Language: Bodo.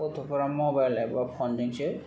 गथ'फोरा मबाइल एबा फनजोंसो